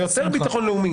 יותר של ביטחון לאומי.